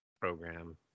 program